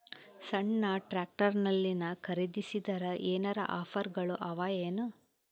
ಸಣ್ಣ ಟ್ರ್ಯಾಕ್ಟರ್ನಲ್ಲಿನ ಖರದಿಸಿದರ ಏನರ ಆಫರ್ ಗಳು ಅವಾಯೇನು?